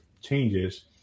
changes